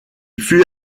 fut